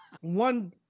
One